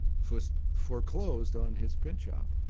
fust foreclosed on his print shop.